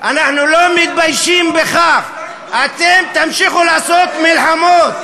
אין משהו יותר טוב, עם כל הכבוד.